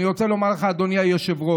אני רוצה לומר לך, אדוני היושב-ראש,